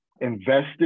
Invested